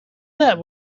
that